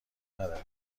نداره